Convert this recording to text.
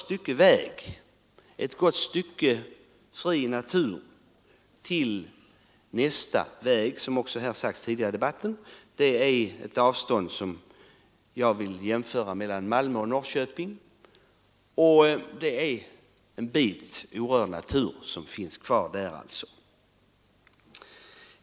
Det är ett gott stycke fri natur till nästa väg — såsom redan sagts tidigare här i debatten. Det är ett avstånd som jag vill jämföra med avståndet mellan Malmö och Norrköping; det är alltså en bra bit orörd natur som blir kvar där.